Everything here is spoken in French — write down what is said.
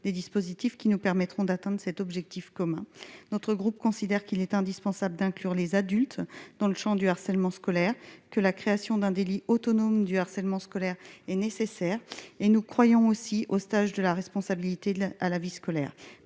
des dispositifs qui nous permettront d'atteindre cet objectif commun : notre groupe considère qu'il est indispensable d'inclure les adultes dans le Champ du harcèlement scolaire que la création d'un délit autonome du harcèlement scolaire est nécessaire et nous croyons aussi au stage de la responsabilité de la à la vie scolaire